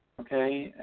okay,